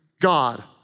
God